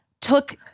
took